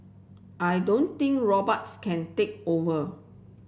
I don't think robots can take over